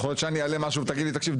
יכול להיות שאני אעלה משהו ותגיד לי תקשיב,